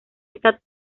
esta